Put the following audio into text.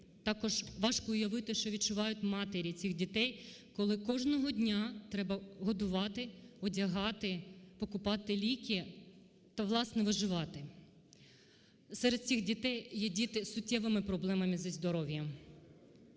також важко уявити, що відчувають матері цих дітей, коли кожного дня треба годувати, одягати, покупати ліки та, власне, виживати. Серед цих дітей є діти із суттєвими проблемами зі здоров'ям.